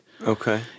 Okay